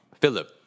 Philip